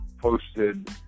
posted